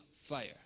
fire